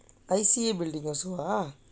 I_C_A building also ah